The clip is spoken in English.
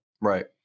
right